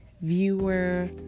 viewer